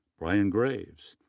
brian graves,